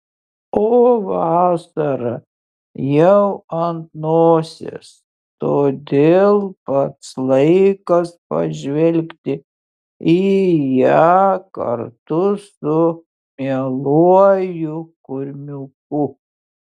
o vasara jau ant nosies todėl pats laikas pažvelgti į ją kartu su mieluoju kurmiuku